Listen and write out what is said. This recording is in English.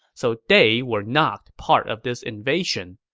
so they were not part of this invasion.